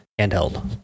handheld